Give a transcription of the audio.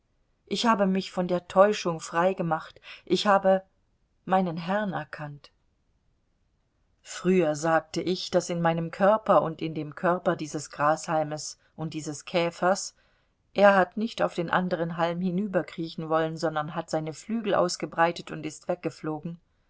ich habe mich von der täuschung frei gemacht ich habe meinen herrn erkannt früher sagte ich daß in meinem körper und in dem körper dieses grashalmes und dieses käfers er hat nicht auf den anderen halm hinüberkriechen wollen sondern hat seine flügel ausgebreitet und ist weggeflogen